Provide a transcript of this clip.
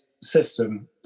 system